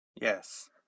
yes